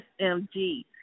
smg